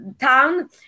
town